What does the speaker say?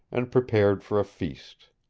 and prepared for a feast.